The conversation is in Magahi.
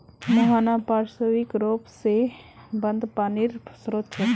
मुहाना पार्श्विक र्रोप से बंद पानीर श्रोत छे